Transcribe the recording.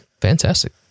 Fantastic